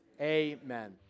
amen